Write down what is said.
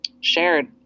shared